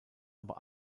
aber